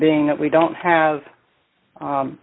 being that we don't have